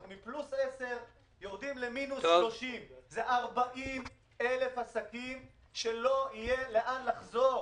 אנחנו מפלוס 10,000 יורדים למינוס 30,000. זה 40,000 עסקים שלא יהיה לאן לחזור.